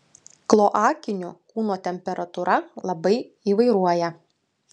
kloakinių kūno temperatūra labai įvairuoja